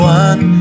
one